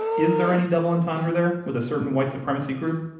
is there any double entendre there with a certain white supremacy group?